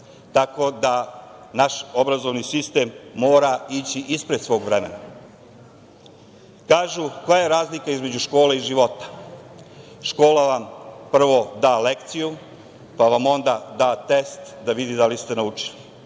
tako da naš obrazovni sistem mora ići ispred svog vremena. Kažu – koja je razlika između škole i života? Školovan prvo da lekciju, pa vam onda da test, da vidi da li ste naučili.